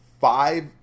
Five